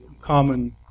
common